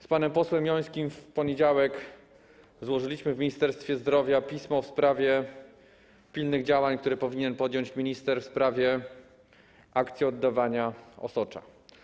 Z panem posłem Jońskim w poniedziałek złożyliśmy w Ministerstwie Zdrowia pismo w sprawie pilnych działań, które powinien podjąć minister w sprawie akcji oddawania osocza.